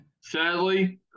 Sadly